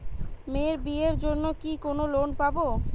মেয়ের বিয়ের জন্য কি কোন লোন পাব?